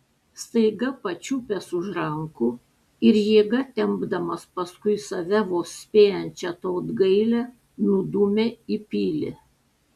staiga pačiupęs už rankų ir jėga tempdamas paskui save vos spėjančią tautgailę nudūmė į pilį